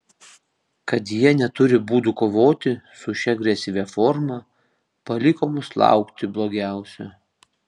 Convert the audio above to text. kad jie neturi būdų kovoti su šia agresyvia forma paliko mus laukti blogiausio